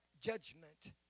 judgment